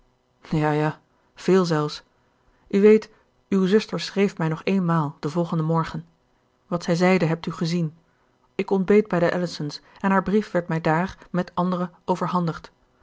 ja ja veel zelfs u weet uw zuster schreef mij nog eenmaal den volgenden morgen wat zij zeide hebt u gezien ik ontbeet bij de ellison's en haar brief werd mij daar met andere overhandigd